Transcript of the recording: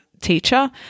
teacher